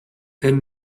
and